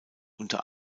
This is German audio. unter